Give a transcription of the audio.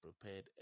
prepared